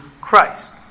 Christ